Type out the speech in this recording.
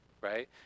right